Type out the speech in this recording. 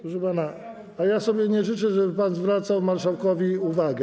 Proszę pana, a ja sobie nie życzę, żeby pan zwracał marszałkowi uwagę.